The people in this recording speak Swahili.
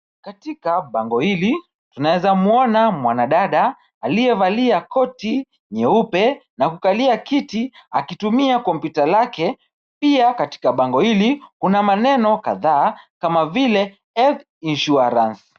Katika bango hili tunaweza mwona mwanadada aliyevalia koti nyeupe na kukalia kiti akitumia kompyuta lake. Pia katika bango hili, kuna maneno kadhaa kama vile health insurance .